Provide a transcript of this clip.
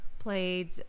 played